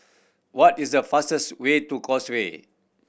what is the fastest way to Causeway